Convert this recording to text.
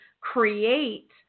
create